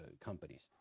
companies